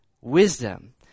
wisdom